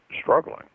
struggling